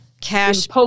cash